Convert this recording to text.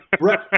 right